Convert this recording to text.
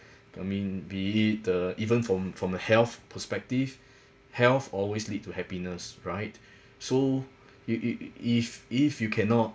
I mean be it the even from from the health perspective health always lead to happiness right so you you if if you cannot